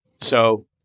So-